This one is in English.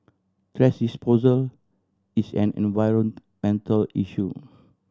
thrash disposal is an environmental issue